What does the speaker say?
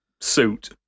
suit